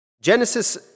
Genesis